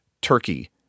turkey